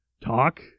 Talk